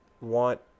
want